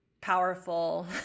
powerful